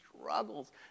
struggles